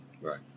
Right